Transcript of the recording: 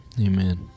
Amen